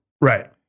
Right